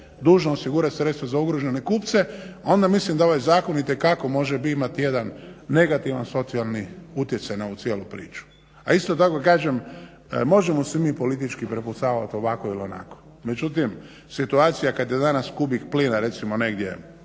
dužno osigurat sredstva za ugrožene kupce onda mislim da ovaj zakon itekako može imati jedan negativan socijalni utjecaj na ovu cijelu priču. A isto tako kažem, možemo se mi politički prepucavat ovako ili onako, međutim situacija kad je danas kubik plina recimo negdje